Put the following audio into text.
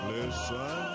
Listen